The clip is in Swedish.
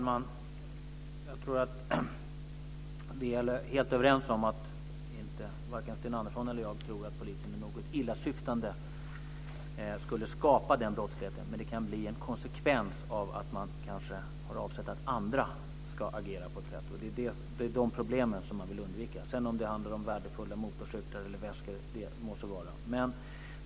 Fru talman! Vi är helt överens om att varken Sten Andersson eller jag tror att polisen i något illasyftande skulle skapa den brottsligheten, men den kan bli en konsekvens av att man har avsett att andra ska agera på ett visst sätt. Det är de problemen man vill undvika. Om det sedan handlar om värdefulla motorcyklar eller väskor må så vara.